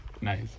Nice